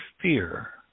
fear